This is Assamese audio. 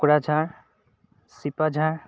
কোকৰাঝাৰ চিপাঝাৰ